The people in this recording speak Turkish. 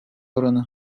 oranı